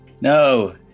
no